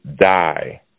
die